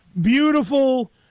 Beautiful